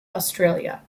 australia